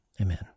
Amen